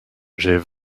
j’ai